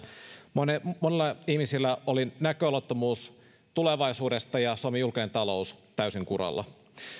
monilla monilla ihmisillä oli näköalattomuus tulevaisuudesta ja suomen julkinen talous oli täysin kuralla